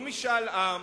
לא משאל עם,